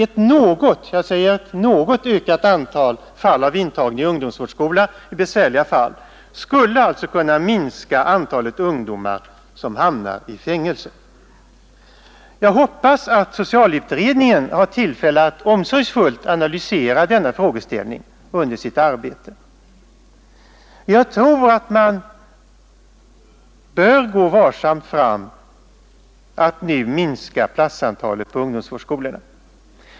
Ett något — jag säger något — ökat antal intagningar på ungdomsvårdsskola i besvärliga fall skulle alltså kunna leda till att färre ungdomar hamnar i fängelse. Jag hoppas att socialutredningen har tillfälle att omsorgsfullt analysera denna frågeställning. Man bör nog gå varsamt fram med att nu minska platsantalet på ungdomsvårdsskolorna.